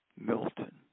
Milton